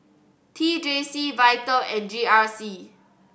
T J C Vital and G R C